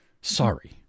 sorry